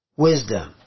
Wisdom